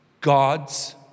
God's